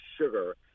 sugar